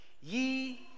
Ye